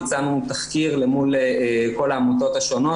ביצענו תחקיר למול כל העמותות השונות.